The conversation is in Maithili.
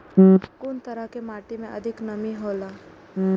कुन तरह के माटी में अधिक नमी हौला?